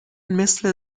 مثل